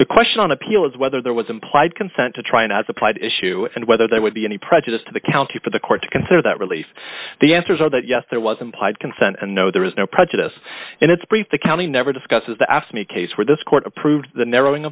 the question on appeal is whether there was implied consent to try and as applied issue and whether there would be any prejudice to the county for the court to consider that relief the answers are that yes there was implied consent and no there is no prejudice in its brief the county never discusses the ask me case where this court approved the narrowing